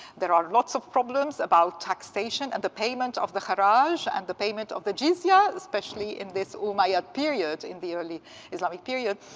there are lots of problems about taxation and the payment of the harage and the payment of the jeesea phonetic, especially in this umayyad period, in the early islamic period.